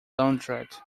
launderette